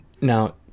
Now